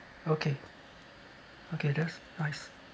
okay okay that's nice